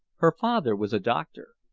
her father was a doctor.